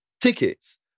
tickets